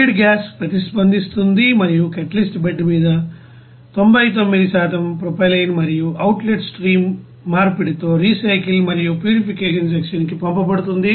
feed gas ప్రతిస్పందిస్తుంది మరియు catalyst bed మీద 99 ప్రొపైలిన్ మరియు అవుట్లెట్ స్ట్రీమ్ మార్పిడితో రీసైకిల్ మరియు ప్యూరిఫికేషన్ సెక్షన్ కి పంపబడుతుంది